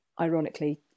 ironically